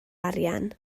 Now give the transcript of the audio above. arian